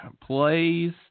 plays